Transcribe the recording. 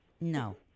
no